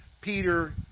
Peter